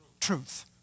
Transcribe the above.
truth